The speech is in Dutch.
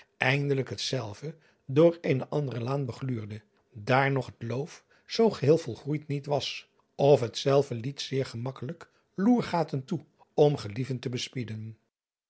eindelijk hetzelve door eene andere laan begluurde daar nog het loof zoo geheel volgroeid niet was of hetzelve liet zeer gemakkelijk loergaten toe om gelieven te bespieden